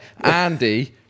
Andy